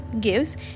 gives